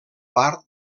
part